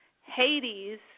Hades